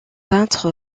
peintre